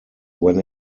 when